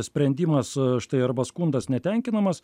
sprendimas štai arba skundas netenkinamas